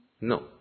No